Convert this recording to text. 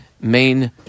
main